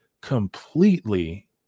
completely